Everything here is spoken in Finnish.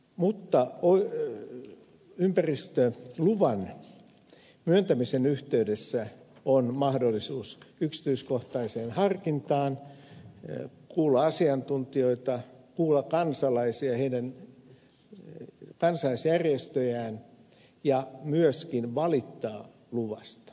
mutta ympäristöluvan myöntämisen yhteydessä on mahdollisuus yksityiskohtaiseen harkintaan kuulla asiantuntijoita kuulla kansalaisia heidän kansalaisjärjestöjään ja myöskin valittaa luvasta